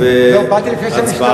לא, באתי לפני שהמשטרה הגיעה.